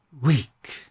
Weak